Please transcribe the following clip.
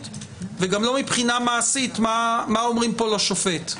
וגם לא מבחינה מעשית מה אומרים פה לשופט.